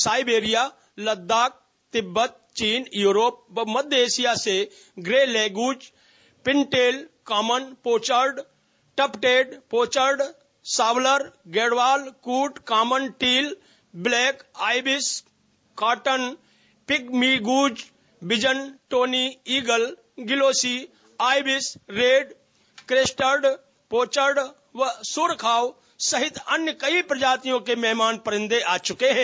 Siberia Ladakh Tibet चीन Europe व मध्य एशिया से grey lag goose pintail common pochard tufted pochard shoveler gadwall coot common teal black ibis cotton pygmy goose wigeon tawny eagle glossy ibis red crested pochard व सुर्खाब सहित अन्य कई प्रजातियों के मेहमान परिंदे आ चुके हैं